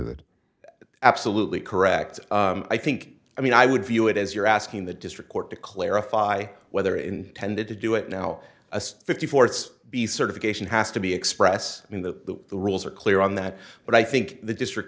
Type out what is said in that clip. that absolutely correct i think i mean i would view it as you're asking the district court to clarify whether intended to do it now a fifty four it's the certification has to be expressed in that the rules are clear on that but i think the district